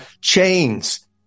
chains